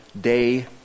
day